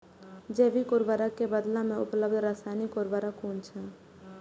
जैविक उर्वरक के बदला में उपलब्ध रासायानिक उर्वरक कुन छै?